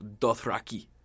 Dothraki